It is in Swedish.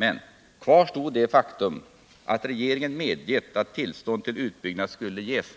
Men kvar stod det faktum att regeringen medgett att tillstånd till utbyggnad skulle ges.